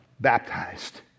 baptized